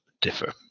differ